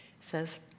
says